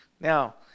Now